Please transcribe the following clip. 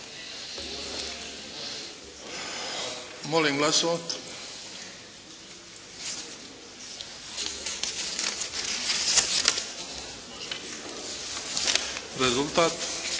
Molim glasovati. Rezultat?